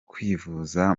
kwivuza